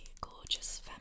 gorgeous